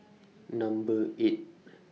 Number eight